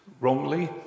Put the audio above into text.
wrongly